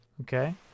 Okay